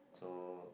so